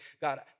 God